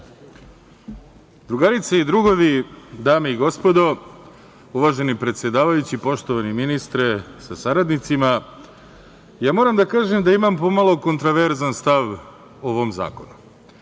Drugarice i drugovi, dame i gospodo, uvaženi predsedavajući, poštovani ministre sa saradnicima, moram da kažem da imam pomalo kontroverzan stav o ovom zakonu.